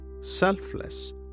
selfless